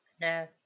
No